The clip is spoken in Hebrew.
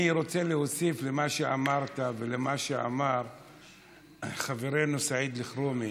אני רוצה להוסיף למה שאמרת ולמה שאמר חברנו סעיד אלחרומי.